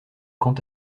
quant